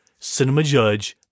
cinemajudge